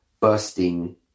bursting